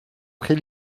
très